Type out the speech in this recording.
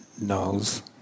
knows